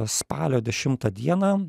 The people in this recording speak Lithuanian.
spalio dešimtą dieną